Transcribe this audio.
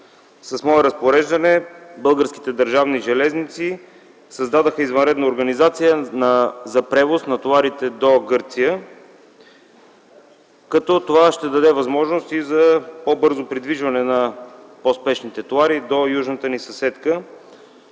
с мое разпореждане Българските държавни железници създадоха извънредна организация за превоз на товарите до Гърция, което ще даде възможност за по бързо придвижване на по спешните товари до южната ни съседка,